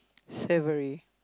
savoury